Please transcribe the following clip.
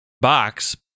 box